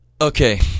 okay